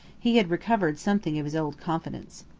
he had recovered something of his old confidence.